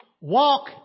Walk